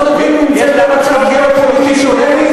יש לה 330 מיליון בני-אדם.